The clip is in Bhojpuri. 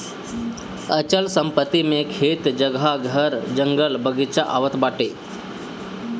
अचल संपत्ति मे खेत, जगह, घर, जंगल, बगीचा आवत बाटे